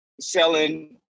selling